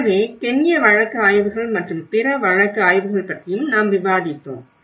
எனவே கென்ய வழக்கு ஆய்வுகள் மற்றும் பிற வழக்கு ஆய்வுகள் பற்றியும் நாம் விவாதித்தோம்